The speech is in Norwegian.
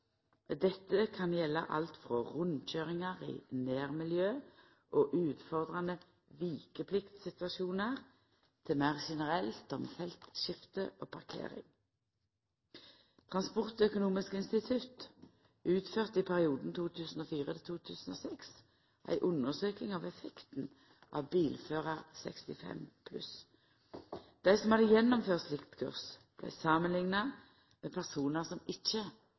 Dette kan gjelda alt frå rundkøyringar i nærmiljøet og utfordrande vikepliktssituasjonar til meir generelt om feltskifte og parkering. Transportøkonomisk institutt utførte i perioden 2004–2006 ei undersøking av effekten av «Bilførar 65+». Dei som hadde gjennomført slikt kurs, vart samanlikna med personar som ikkje